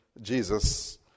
Jesus